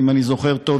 אם אני זוכר נכון,